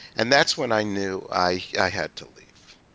and that's when i knew i had to leave.